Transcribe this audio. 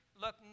look